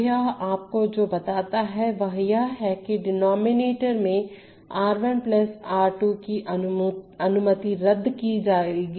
तो यह आपको जो बताता है वह यह है कि डिनोमिनेटर में R 1 R 2 की अनुमति रद्द कर दी जाएगी